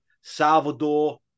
Salvador